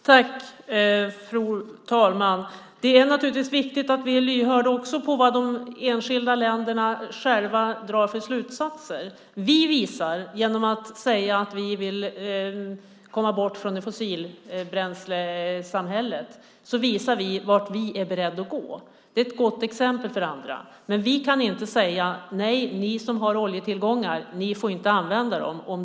Fru talman! Det är viktigt att vi också är lyhörda för vad de enskilda länderna själva drar för slutsatser. Vi visar genom att säga att vi vill komma bort från fossilbränslesamhället vart vi är beredda att gå. Det är ett gott exempel för andra. Men vi kan inte, om de tycker att de vill göra det, säga: Ni som har oljetillgångar får inte använda dem.